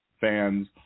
fans